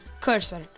cursor